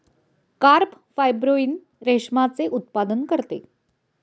carp fibroin रेशमाचे उत्पादन करते